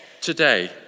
today